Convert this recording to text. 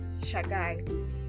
Shagai